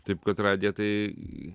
taip kad radija tai